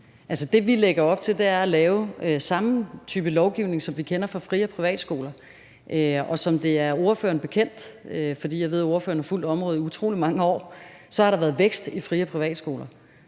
Det, vi lægger op til, er at lave samme type lovgivning, som vi kender fra fri- og privatskoler. Og som det er ordføreren bekendt, for jeg ved, at ordføreren har fulgt området i utrolig mange år, så har der været vækst i fri- og privatskoler.